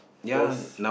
cause